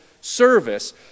service